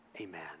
Amen